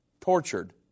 tortured